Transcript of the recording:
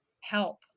help